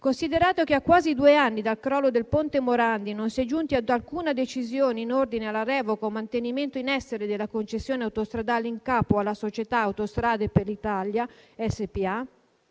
Considerato che: a quasi due danni dal crollo del Ponte Morandi, non si è giunti ad alcuna decisione in ordine alla revoca o mantenimento in essere della concessione autostradale in capo alla società Autostrade per l'Italia SpA;